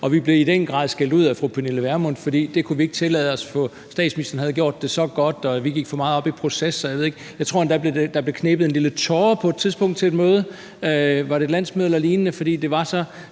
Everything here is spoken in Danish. og vi blev i den grad skældt ud af fru Pernille Vermund, for det kunne vi ikke tillade os, for statsministeren havde gjort det så godt, og vi gik for meget op i proces, og jeg ved ikke hvad. Jeg tror endda, der blev knebet en lille tåre på et tidspunkt til et møde, var det et landsmøde eller lignende,